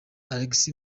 alex